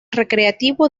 recreativo